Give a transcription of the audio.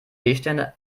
seesterne